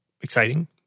exciting